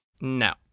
No